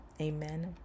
amen